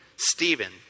Stephen